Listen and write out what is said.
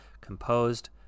composed